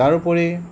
তাৰোপৰি